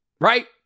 right